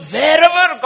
wherever